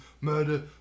murder